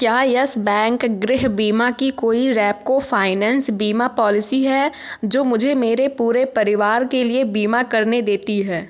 क्या Yes Bank गृह बीमा की कोई रेपको फ़ाइनेंस बीमा पॉलिसी है जो मुझे मेरे पूरे परिवार के लिए बीमा करने देती है